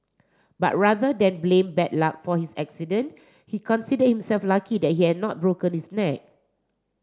but rather than blame bad luck for his accident he considered himself lucky that he had not broken his neck